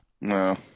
no